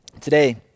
Today